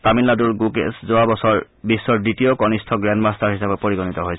তামিলনাডুৰ গুকেশ যোৱাবছৰ বিশ্বৰ দ্বিতীয় কনিষ্ঠ গ্ৰেণ্ড মাট্টাৰ হিচাপে পৰিগণিত হৈছিল